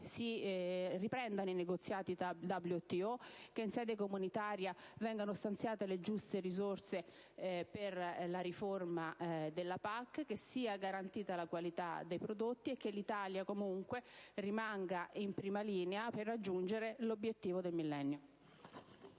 si riprendano i negoziati del WTO, che in sede comunitaria vengano stanziate le giuste risorse per la riforma della PAC, che sia garantita la qualità dei prodotti e che l'Italia comunque rimanga in prima linea per raggiungere gli obiettivi del Millennio.